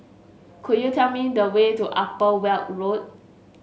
could you tell me the way to Upper Weld Road